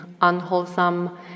unwholesome